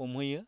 हमहैयो